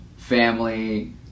family